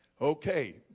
Okay